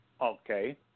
Okay